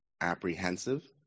apprehensive